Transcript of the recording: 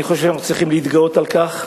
אני חושב שאנחנו צריכים להתגאות על כך,